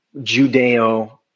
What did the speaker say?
Judeo-